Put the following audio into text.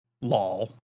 Lol